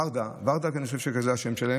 ורדה, ורדה, אני חושב שזה השם שלה